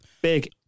big